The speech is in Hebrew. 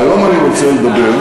והיום אני רוצה לדבר,